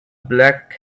black